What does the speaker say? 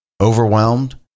overwhelmed